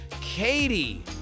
Katie